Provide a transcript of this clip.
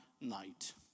night